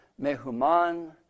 Mehuman